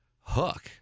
hook